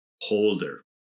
holder